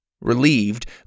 Relieved